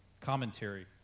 commentary